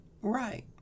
Right